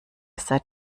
seid